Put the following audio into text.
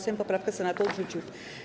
Sejm poprawkę Senatu odrzucił.